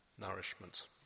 nourishment